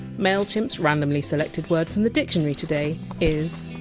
mailchimp! s randomly selected word from the dictionary today is!